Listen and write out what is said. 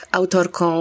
autorką